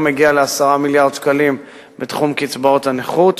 הגיע ל-10 מיליארד שקלים בתחום קצבאות הנכות,